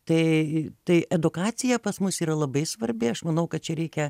tai tai edukacija pas mus yra labai svarbi aš manau kad čia reikia